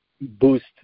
boost